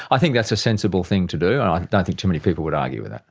i think that's a sensible thing to do. i don't think too many people would argue with that.